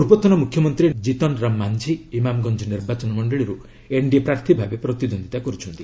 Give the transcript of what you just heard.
ପୂର୍ବତନ ମୁଖ୍ୟମନ୍ତ୍ରୀ କିତନ୍ ରାମ ମାଂଝି ଇମାମ୍ଗଞ୍ଜ ନିର୍ବାଚନ ମଣ୍ଡଳୀରୁ ଏନ୍ଡିଏ ପ୍ରାର୍ଥୀ ଭାବେ ପ୍ରତିଦ୍ୱନ୍ଦ୍ୱିତା କରୁଛନ୍ତି